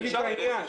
זה בדיוק העניין.